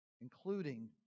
including